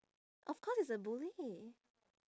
of course it's a bully